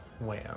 wham